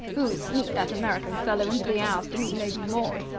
who sneaked that american fellow into the ouse to meet lady maud?